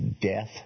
death